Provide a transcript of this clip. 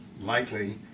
likely